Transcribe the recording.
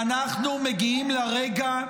כן, הליכוד צריך